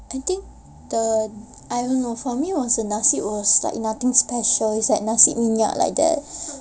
I think the I don't know for me was the nasi was nothing special it was like nasi minyak like that